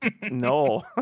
No